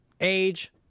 age